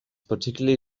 particularly